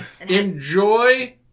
Enjoy